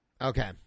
Okay